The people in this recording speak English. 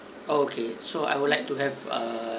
okay so I would like to have err